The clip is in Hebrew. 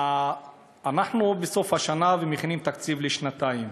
אנחנו בסוף השנה, ומכינים תקציב לשנתיים.